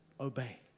obey